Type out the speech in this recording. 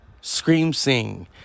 scream-sing